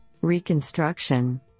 Reconstruction